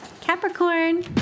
capricorn